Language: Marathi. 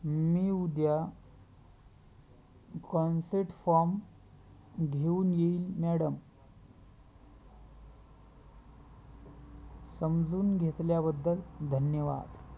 मी उद्या कॉन्सेट फॉम घेऊन येईल मॅडम समजून घेतल्याबद्दल धन्यवाद